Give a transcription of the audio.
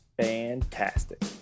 Fantastic